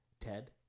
Ted